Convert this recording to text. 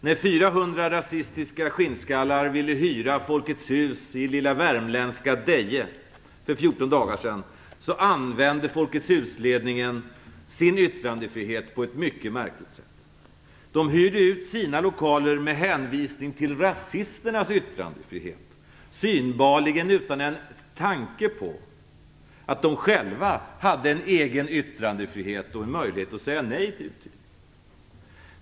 När 400 rasistiska skinnskallar ville hyra Folkets hus i lilla värmländska Deje för 14 dagar sedan använde Folkets hus-ledningen sin yttrandefrihet på ett mycket märkligt sätt. De hyrde ut sina lokaler med hänvisning till rasisternas yttrandefrihet, synbarligen utan en tanke på att de själva hade en egen yttrandefrihet och en möjlighet att säga nej till uthyrningen.